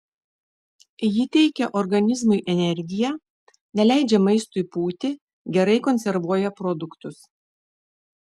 ji teikia organizmui energiją neleidžia maistui pūti gerai konservuoja produktus